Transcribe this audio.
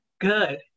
good